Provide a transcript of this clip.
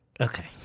Okay